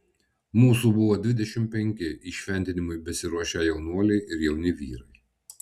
mūsų buvo dvidešimt penki įšventinimui besiruošią jaunuoliai ir jauni vyrai